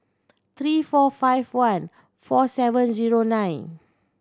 three four five one four seven zero nine